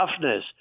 toughness